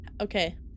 Okay